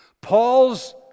Paul's